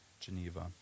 Geneva